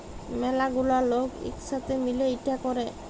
ম্যালা গুলা লক ইক সাথে মিলে ইটা ক্যরে